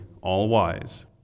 all-wise